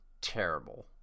terrible